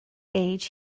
age